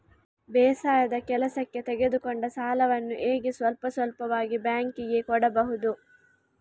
ಬೇಸಾಯದ ಕೆಲಸಕ್ಕೆ ತೆಗೆದುಕೊಂಡ ಸಾಲವನ್ನು ಹೇಗೆ ಸ್ವಲ್ಪ ಸ್ವಲ್ಪವಾಗಿ ಬ್ಯಾಂಕ್ ಗೆ ಕೊಡಬಹುದು?